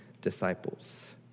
disciples